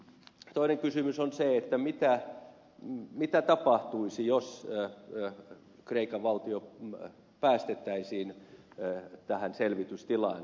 toinen kysymys on se mitä tapahtuisi jos kreikan valtio päästettäisiin selvitystilaan